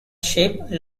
shape